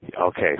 Okay